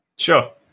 Sure